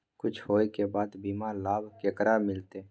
कुछ होय के बाद बीमा लाभ केकरा मिलते?